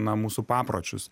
na mūsų papročius